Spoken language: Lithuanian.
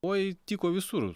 oi tyko visur